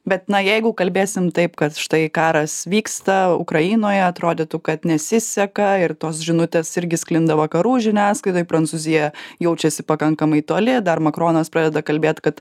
bet na jeigu kalbėsim taip kad štai karas vyksta ukrainoje atrodytų kad nesiseka ir tos žinutės irgi sklinda vakarų žiniasklaidoj prancūzija jaučiasi pakankamai toli dar makronas pradeda kalbėt kad